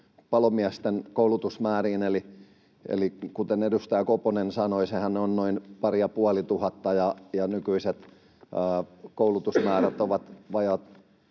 palomiesten koulutusmääriin: Kuten edustaja Koponen sanoi, sehän on noin pari- ja puolisataa ja nykyiset koulutusmäärät ovat vajaat